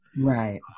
right